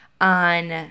on